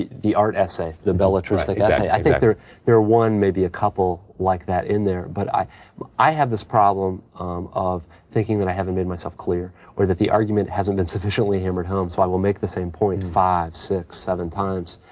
the the art essay, the belles lettres right. exactly. essay. i think there there are one, maybe a couple like that in there, but i i have this problem of thinking that i haven't made myself clear or that the argument hasn't been sufficiently hammered home, so i will make the same point five, six, seven times.